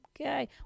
okay